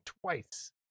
twice